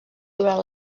durant